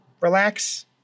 relax